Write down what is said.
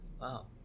Wow